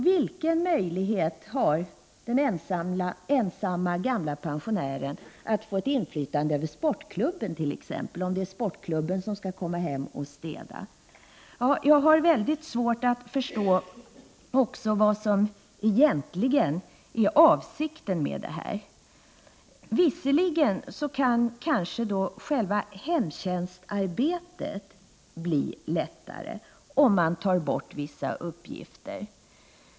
Vilken möjlighet har den ensamma gamla pensionären att få ett inflytande över t.ex. sportklubben, om det är sportklubben som skall komma hem och städa? Jag har också mycket svårt att förstå vad som egentligen är avsikten med detta. Visserligen kan kanske själva hemtjänstarbetet bli lättare, om man tar bort vissa uppgifter.